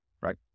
Right